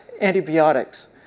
antibiotics